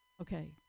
Okay